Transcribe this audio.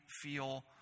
feel